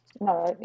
No